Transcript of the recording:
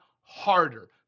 harder